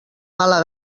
mala